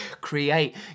Create